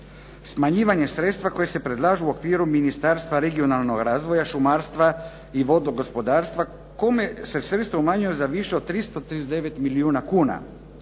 smanjivanje sredstava koji se predlažu u okviru Ministarstva regionalnog razvoja, šumarstva i vodnog gospodarstva kome se sredstva umanjuju za više od 339 milijuna kuna,